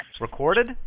Recorded